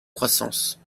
croissance